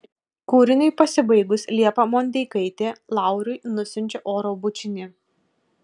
kūriniui pasibaigus liepa mondeikaitė lauriui nusiunčia oro bučinį